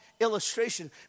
illustration